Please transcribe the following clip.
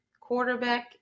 quarterback